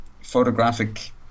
photographic